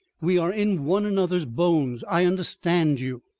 we are in one another's bones. i understand you.